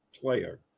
player